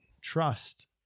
trust